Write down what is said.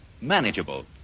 Manageable